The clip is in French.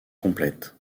complète